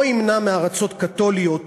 לא ימנע מארצות קתוליות,